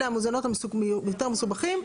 אלה המזונות היותר מסובכים.